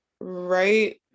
right